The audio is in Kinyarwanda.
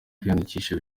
kwiyandikisha